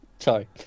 Sorry